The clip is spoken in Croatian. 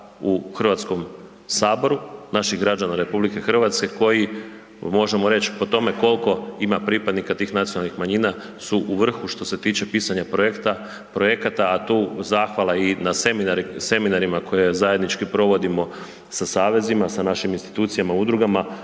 u Hrvatskom saboru, naši građana RH koji možemo reći po tome koliko ima pripadnika tih nacionalnih manjina su u vrhu što se tiče pisanja projekata a tu zahvala i seminarima koje zajednički provodimo sa savezima, sa našim institucijama, udrugama,